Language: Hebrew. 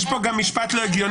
יש פה גם משפט לא הגיוני,